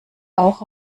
auch